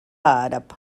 àrab